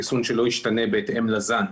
חיסון שלא ישתנה בהתאם לזן,